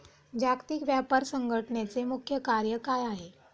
जागतिक व्यापार संघटचे मुख्य कार्य काय आहे?